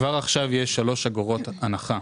כבר עכשיו יש שלוש אגורות הנחה,